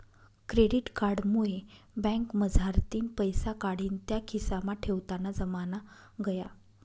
credit card मुये बँकमझारतीन पैसा काढीन त्या खिसामा ठेवताना जमाना गया